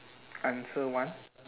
answer one